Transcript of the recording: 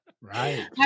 Right